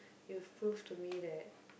you've proved to me that